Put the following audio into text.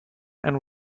and